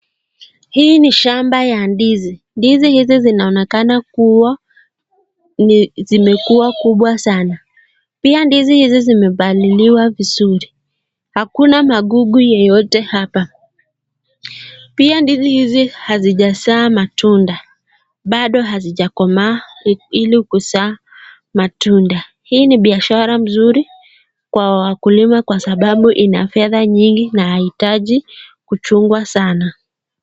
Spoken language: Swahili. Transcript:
Hii ni shamba ya ndizi, ndizi hizi zinaonekana kuwa zimekuwa kubwa sana pia ndizi hizi zimepaliliwa vizuri hakuna magugu yeyote hapa. Pia ndizi hizi hazijazaa matunda bado hazijakomaa ili kuzaa matunda hii ni biashara mzuri kwa wakulima kwa sababu ina fedha mingi na haihitaji kuchungwa sana.